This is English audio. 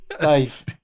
Dave